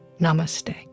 Namaste